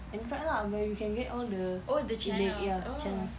android lah where you can get all the illeg~ ya channel